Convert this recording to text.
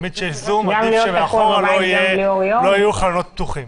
תמיד כשיש זום עדיף שמאחורה לא יהיו חלונות פתוחים,